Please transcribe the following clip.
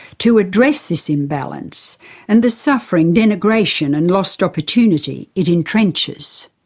to address this imbalance and the suffering, denigration and lost opportunity it entrenches.